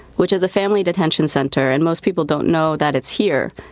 which is a family detention center and most people don't know that it's here.